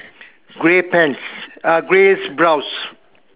grey pants uh grey blouse